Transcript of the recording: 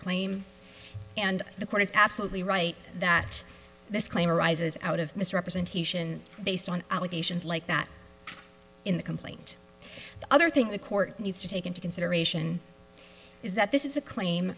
claim and the court is absolutely right that this claim arises out of misrepresentation based on allegations like that in the complaint the other thing the court needs to take into consideration is that this is a claim